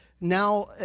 now